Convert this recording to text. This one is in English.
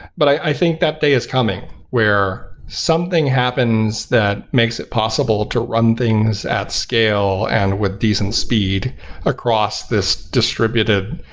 but i think that day is coming where something happens that makes it possible to run things at scale and with decent speed across this distributed,